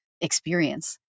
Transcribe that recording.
experience